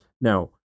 now